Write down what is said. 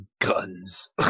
Guns